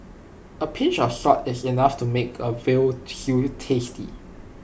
A pinch of salt is enough to make A Veal Stew tasty